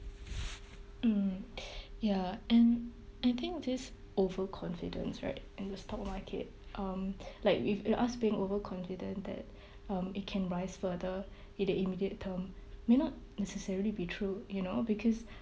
mm ya and I think this overconfidence right in the stock market um like with with us being overconfident that um it can rise further in the immediate term may not necessarily be true you know because